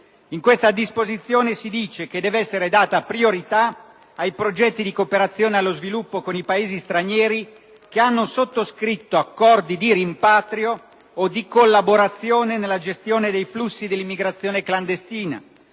In tale disposizione si dice che deve essere data priorità ai progetti di cooperazione allo sviluppo con i Paesi stranieri «che hanno sottoscritto accordi di rimpatrio o di collaborazione nella gestione dei flussi dell'immigrazione clandestina